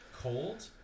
cold